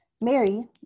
Mary